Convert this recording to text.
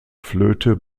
flöte